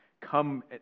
Come